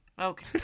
Okay